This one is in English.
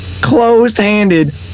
closed-handed